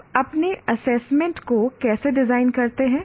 आप अपने एसेसमेंट को कैसे डिज़ाइन करते हैं